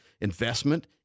investment